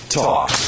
talk